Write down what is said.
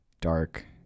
dark